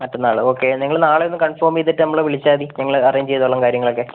മറ്റന്നാൾ ഓക്കെ നിങ്ങൾ നാളെ ഒന്ന് കൺഫോം ചെയ്തിട്ട് നമ്മളെ വിളിച്ചാൽ മതി ഞങ്ങൾ അറേഞ്ച് ചെയ്തോളാം കാര്യങ്ങളൊക്കെ